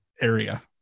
area